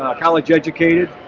and college-educated,